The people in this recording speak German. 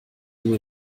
nun